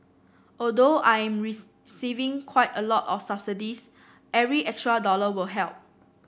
although I'm receiving quite a lot of subsidies every extra dollar will help